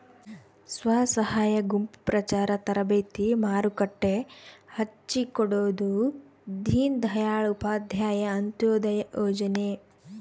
ಸ್ವಸಹಾಯ ಗುಂಪು ಪ್ರಚಾರ ತರಬೇತಿ ಮಾರುಕಟ್ಟೆ ಹಚ್ಛಿಕೊಡೊದು ದೀನ್ ದಯಾಳ್ ಉಪಾಧ್ಯಾಯ ಅಂತ್ಯೋದಯ ಯೋಜನೆ